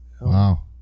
wow